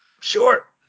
Sure